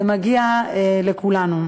זה מגיע לכולנו.